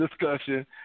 discussion